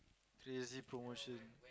crazy promotion